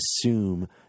assume